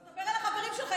דבר אל החברים שלך,